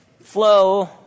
flow